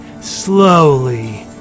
slowly